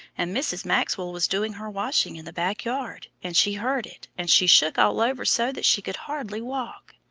and mrs. maxwell was doing her washing in the back yard, and she heard it, and she shook all over so that she could hardly walk.